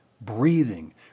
breathing